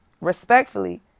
respectfully